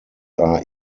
are